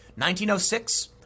1906